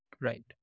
Right